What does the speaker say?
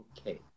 okay